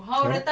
correct